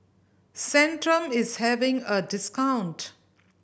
Centrum is having a discount